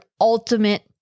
ultimate